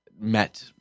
met